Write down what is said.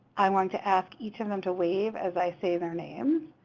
i want to ask each of them to wave as i say their name.